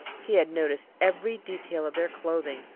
he had noticed every detail of their clothing,